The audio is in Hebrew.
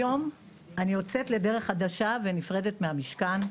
היום אני יוצאת לדרך חדשה ונפרדת מהמשכן.